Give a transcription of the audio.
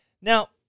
Now